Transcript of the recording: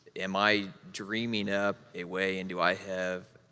am i dreaming up a way, and do i have,